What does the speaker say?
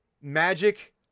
Magic